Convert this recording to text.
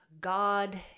God